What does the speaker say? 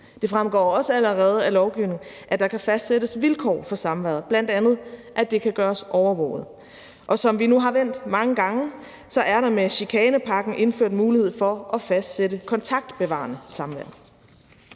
Det fremgår også allerede af lovgivningen, at der kan fastsættes vilkår for samværet, bl.a. at det kan gøres overvåget. Og som vi nu har vendt mange gange, er der med chikanepakken indført mulighed for at fastsætte kontaktbevarende samvær.